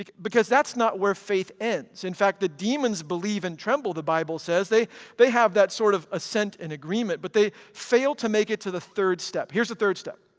like because that's not where faith ends. in fact the demons believe and tremble the bible says. they they have that sort of assent and agreement, but they fail to make it to the third step. here's the third step.